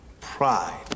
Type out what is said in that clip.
pride